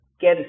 get